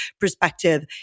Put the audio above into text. perspective